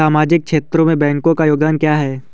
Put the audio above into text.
सामाजिक क्षेत्र में बैंकों का योगदान क्या है?